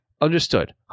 understood